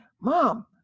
mom